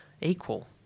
equal